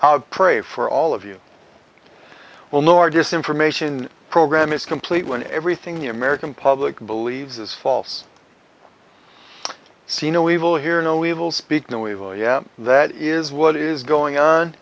i pray for all of you well know are just information program is complete when everything in the american public believes is false i see no evil hear no evil speak no evil yeah that is what is going on